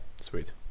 sweet